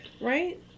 Right